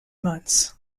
months